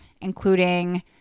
including